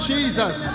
Jesus